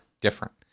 different